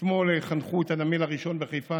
אתמול חנכו את הנמל הראשון בחיפה,